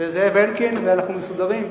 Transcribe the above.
וזאב אלקין ואנחנו מסודרים.